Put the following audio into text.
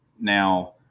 Now